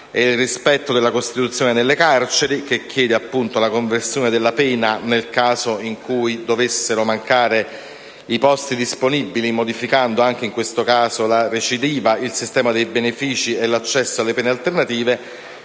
il rispetto della Costituzione nelle carceri, che chiede la conversione della pena nel caso in cui dovessero mancare i posti disponibili, modificando anche in questo caso la recidiva, il sistema dei benefici e l'accesso alle pene alternative;